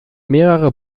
mehrere